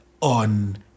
on